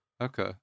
Okay